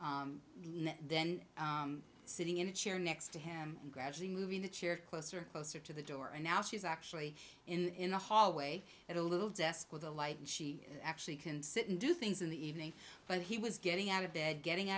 then sitting in a chair next to him and gradually moving the chair closer and closer to the door and now she's actually in the hallway at a little desk with a light she actually can sit and do things in the evening but he was getting out of bed getting